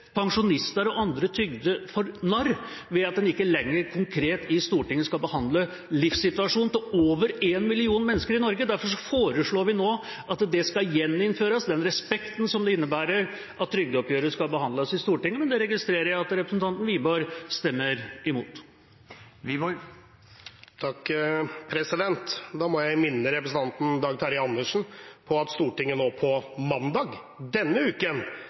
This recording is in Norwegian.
pensjonister og andre trygdede for narr ved at en ikke lenger konkret i Stortinget skal behandle livssituasjonen til over en million mennesker i Norge. Derfor foreslår vi nå at den respekten det innebærer å behandle trygdeoppgjøret i Stortinget, skal gjeninnføres. Det registrerer jeg at representanten Wiborg stemmer imot. Da må jeg minne representanten Dag Terje Andersen om at Stortinget på mandag denne uken